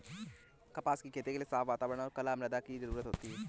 कपास की खेती के लिए साफ़ वातावरण और कला मृदा की जरुरत होती है